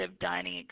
dining